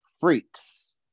Freaks